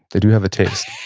they do have a taste.